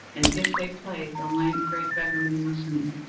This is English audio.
and if they played, the lank, grey beggarman listened.